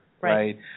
right